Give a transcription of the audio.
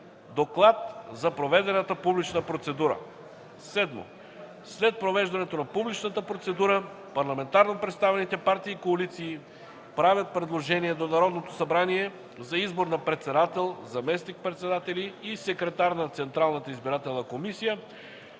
доклад за проведената публична процедура. 7. След провеждането на публичната процедура, парламентарно представените партии и коалиции правят предложение до Народното събрание за избор на председател, заместник-председатели и секретар на Централната избирателна комисия